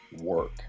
work